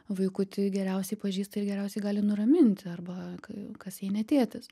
vaikutį geriausiai pažįsta ir geriausiai gali nuraminti arba kai kas jei ne tėtis